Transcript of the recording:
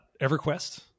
EverQuest